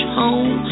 home